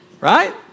right